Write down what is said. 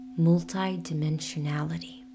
multidimensionality